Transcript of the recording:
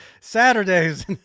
saturdays